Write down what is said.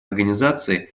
организации